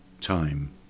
time